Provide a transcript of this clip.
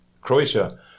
Croatia